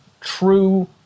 true